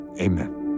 amen